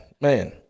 man